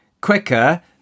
quicker